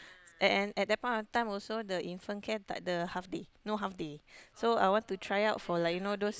and and that point of time also the infant care tidak ada half day no half day so I want to try out for like you know those